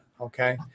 okay